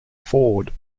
ford